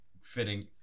fitting